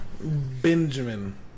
Benjamin